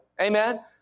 Amen